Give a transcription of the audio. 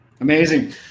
Amazing